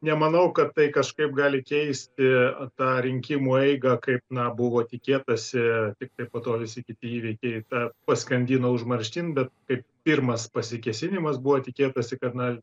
nemanau kad tai kažkaip gali keisti tą rinkimų eigą kaip na buvo tikėtasi tiktai po to visi kiti įvykiai tą paskandino užmarštin bet kai pirmas pasikėsinimas buvo tikėtasi kad na